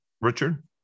Richard